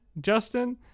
Justin